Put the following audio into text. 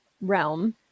realm